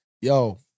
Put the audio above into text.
Yo